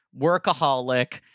workaholic